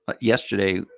Yesterday